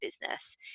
business